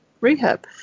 rehab